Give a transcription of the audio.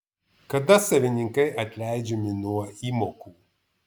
kada savininkai atleidžiami nuo įmokų